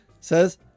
says